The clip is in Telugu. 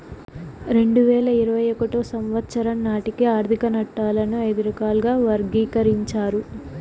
రెండు వేల ఇరవై ఒకటో సంవచ్చరం నాటికి ఆర్థిక నట్టాలను ఐదు రకాలుగా వర్గీకరించారు